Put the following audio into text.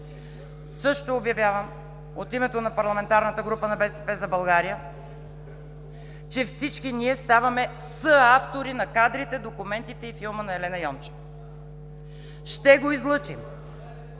също обявявам от името на парламентарната група на „БСП за България“, че всички ние ставаме съавтори на кадрите, документите и филма на Елена Йончева. Ще го излъчим